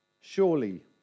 surely